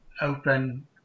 open